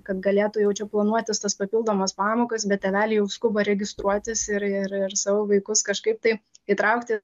kad galėtų jau čia planuotis tas papildomas pamokas bet tėveliai jau skuba registruotis ir ir ir savo vaikus kažkaip tai įtraukti